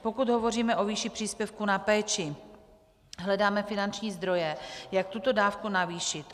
Pokud hovoříme o výši příspěvku na péči, hledáme finanční zdroje, jak tuto dávku navýšit.